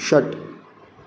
षट्